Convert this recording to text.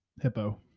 hippo